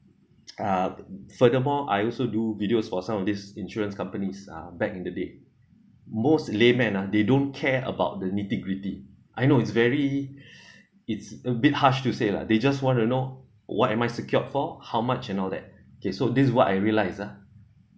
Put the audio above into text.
uh furthermore I also do videos for some of these insurance companies uh back in the day most layman ah they don't care about the nitty-gritty I know it's very it's a bit harsh to say lah they just want to know what am I secured for how much and all that kay so this is what I realized ah